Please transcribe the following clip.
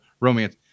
romance